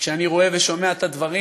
וכשאני רואה ושומע את הדברים,